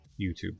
YouTube